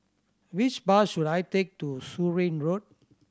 which bus should I take to Surin Road